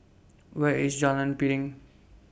Where IS Jalan Piring